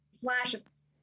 flashes